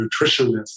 nutritionist